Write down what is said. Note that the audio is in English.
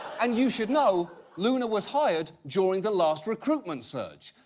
and you should know, luna was hired during the last recruitment surge.